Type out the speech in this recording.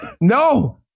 No